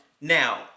now